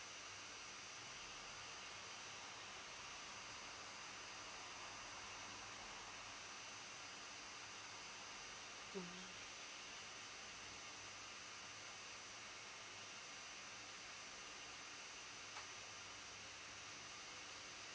mm